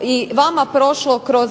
i vama prošlo kroz